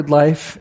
life